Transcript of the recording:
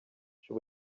she